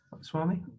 Swami